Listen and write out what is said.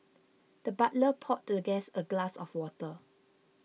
the butler poured the guest a glass of water